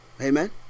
Amen